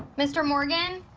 mr. morgan.